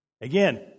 Again